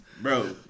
Bro